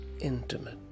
intimate